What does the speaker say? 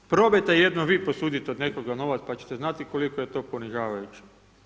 Probajte jednom vi posuditi od nekog novac pa će te znati koliko je to ponižavajuće.